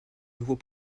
nouveau